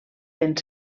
vent